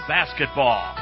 Basketball